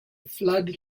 flood